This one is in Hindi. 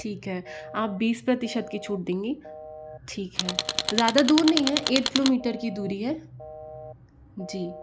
ठीक है आप बीस प्रतिशत की छूट देंगे ठीक है ज़्यादा दूर नहीं है एक किलोमीटर की दूरी है जी